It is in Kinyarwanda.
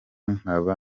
nkaba